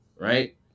right